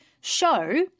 show